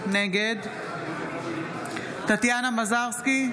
נגד טטיאנה מזרסקי,